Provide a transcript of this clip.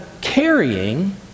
carrying